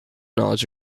knowledge